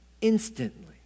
instantly